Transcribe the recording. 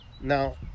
now